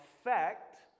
effect